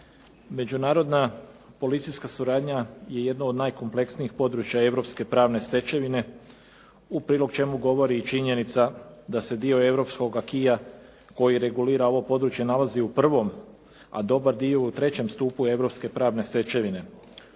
Međunarodna policijska suradnja je jedna od najkompleksnijih područja europske pravne stečevine u prilog čemu govori i činjenica da se dio europskog aquisa koji regulira ovo područje nalazi u prvom, a dobar dio u trećem stupu